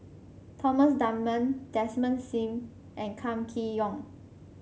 Thomas Dunman Desmond Sim and Kam Kee Yong